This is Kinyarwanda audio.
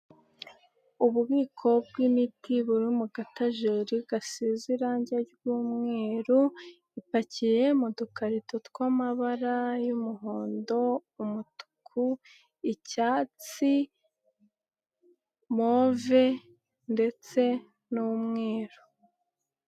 Ububiko bwimiti buri mu gatajeri gasize irangi ryumweru, ipakiye mu dukarito tw'amabara y'umuhondo, umutuku, icyatsi, move ndetse n'umweru.